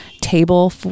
table